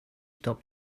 stop